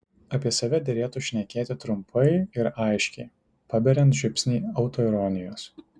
apie save derėtų šnekėti trumpai ir aiškiai paberiant žiupsnį autoironijos